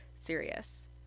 serious